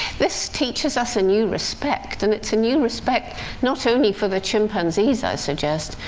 this teaches us a new respect and it's a new respect not only for the chimpanzees, i suggest,